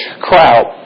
crowd